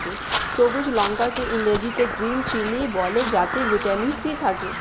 সবুজ লঙ্কা কে ইংরেজিতে গ্রীন চিলি বলে যাতে ভিটামিন সি থাকে